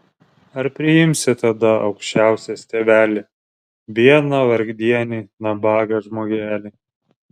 ar priimsi tada aukščiausias tėveli biedną vargdienį nabagą žmogelį